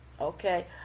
Okay